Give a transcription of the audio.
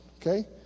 okay